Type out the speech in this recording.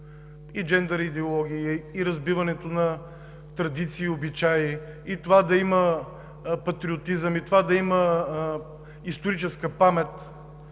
– джендър идеологии, разбиване на традиции и обичаи и това да има патриотизъм, и това да има историческа памет.